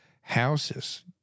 houses